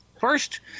First